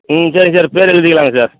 ம் சரிங்க சார் பேர் எழுதிக்கலாங்க சார்